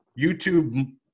YouTube